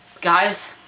Guys